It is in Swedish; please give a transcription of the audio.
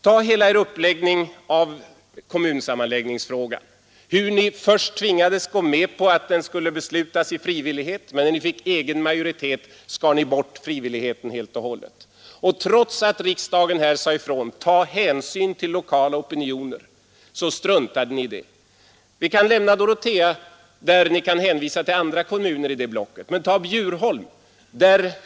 Ta hela er uppläggning av kommunsammanläggningsfrågan hur ni först tvingades gå med på att den skulle beslutas i frivillighet. Men när ni fick egen majoritet skar ni bort frivilligheten helt och hållet. Och trots att riksdagen här sade ifrån att ni skulle ta hänsyn till lokala opinioner, så struntade ni i det. Vi kan lämna Dorotea, där ni kan hänvisa till andra kommuner i det blocket Men ta Bjurholm!